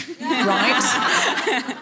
right